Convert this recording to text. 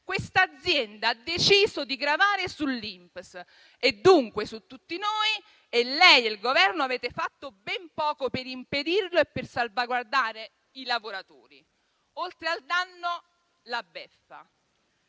quest'azienda ha deciso di gravare sull'INPS - e dunque su tutti noi - e lei e il Governo avete fatto ben poco per impedirlo e per salvaguardare i lavoratori. Oltre al danno, la beffa.